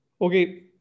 Okay